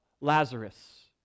Lazarus